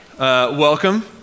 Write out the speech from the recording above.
welcome